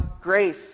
grace